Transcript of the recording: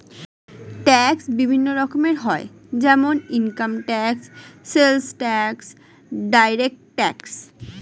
tax বিভিন্ন রকমের হয় যেমন income tax, sales tax, direct tax